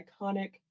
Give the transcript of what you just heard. iconic